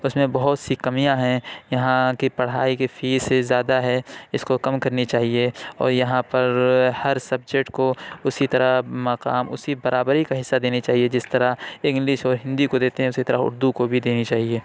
اُس میں بہت سی کمیاں ہیں یہاں کی پڑھائی کی فیس زیادہ ہے اِس کو کم کرنی چاہیے اور یہاں پر ہر سبجیکٹ کو اُسی طرح مقام اُسی برابری کا حصّہ دینی چاہیے جس طرح انگلش اور ہندی کو دیتے ہیں اُسی طرح اُردو کو بھی دینی چاہیے